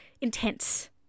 intense